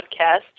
podcast